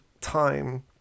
time